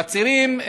והצעירים,